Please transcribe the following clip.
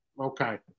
Okay